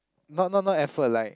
not not not effort like